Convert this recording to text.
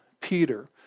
Peter